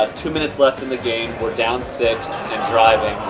two minutes left in the game, we're down six, and driving.